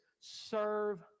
serve